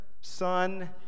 Son